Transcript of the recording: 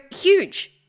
huge